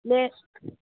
లే